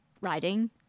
riding